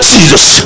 Jesus